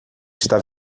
está